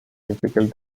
difficult